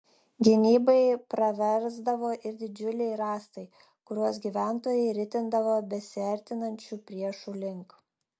gynybai praversdavo ir didžiuliai rąstai kuriuos gyventojai ritindavo besiartinančių priešų link